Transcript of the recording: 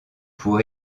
pour